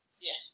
Yes